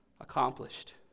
accomplished